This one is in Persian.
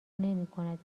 نمیکند